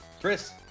Chris